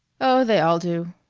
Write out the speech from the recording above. oh, they all do,